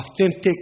authentic